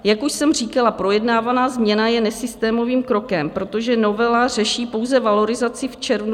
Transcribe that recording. Jak už jsem říkala, projednávaná změna je nesystémovým krokem, protože novela řeší pouze valorizaci v červnu 2023.